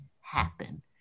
happen